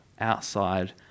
outside